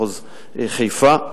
מחוז חיפה,